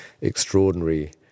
extraordinary